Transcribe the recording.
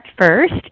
first